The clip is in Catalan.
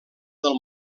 del